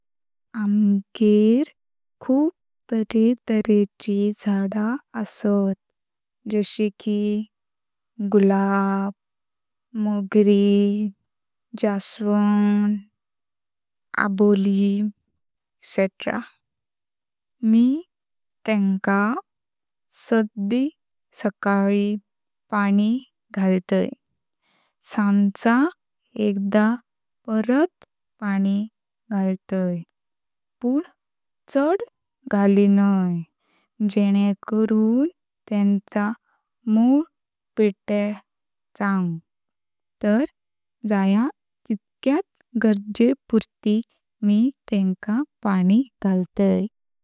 आम्गेर खुप तरेतरेची झाडा असत जशी की गुलाब, मोगरी, जासवंद, आबोली इत्यादी। मी तेनका साडी सकाळी पाणी घालतय। सांचे एकदा परत पाणी घालतय पण चड घालिनाय जेने करुन तेनच मुल पीड्यार जावक, तर जया तितक्यात गरजे पुरती मी तेनका पाणी घालतय।